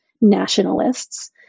nationalists